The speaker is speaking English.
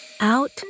out